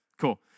cool